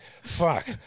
fuck